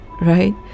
right